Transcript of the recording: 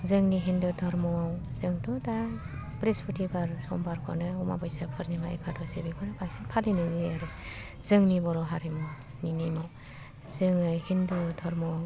जोंनि हिन्दु धर्मआव जोंथ' दा बृसपथिबार समबारखौनो अमाबैसा पुर्निमा एकाद'सि बेखौनो बांसिन फालिनाय जायो आरो जोंनि बर' हारिमुनि नियमाव जोङो हिन्दु धर्मआव